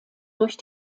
durch